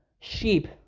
sheep